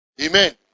Amen